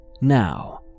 Now